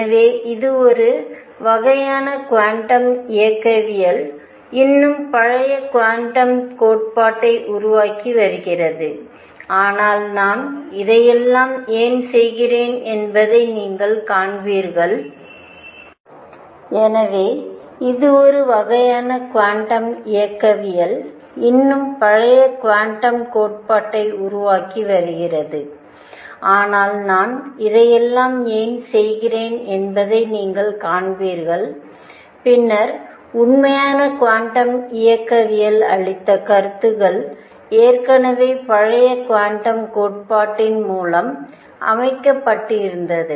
எனவே இது ஒரு வகையான குவாண்டம் இயக்கவியல் இன்னும் பழைய குவாண்டம் கோட்பாட்டை உருவாக்கி வருகிறது ஆனால் நான் இதையெல்லாம் ஏன் செய்கிறேன் என்பதை நீங்கள் காண்பீர்கள் பின்னர் உண்மையான குவாண்டம் இயக்கவியல் அளித்த கருத்துக்கள் ஏற்கனவே பழைய குவாண்டம் கோட்பாட்டின் மூலம் அமைக்கப்பட்டிருந்தது